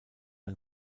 ein